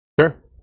Sure